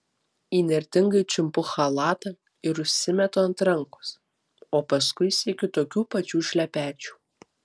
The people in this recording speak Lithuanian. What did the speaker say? įnirtingai čiumpu chalatą ir užsimetu ant rankos o paskui siekiu tokių pačių šlepečių